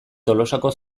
tolosako